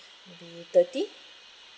maybe thirty